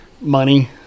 Money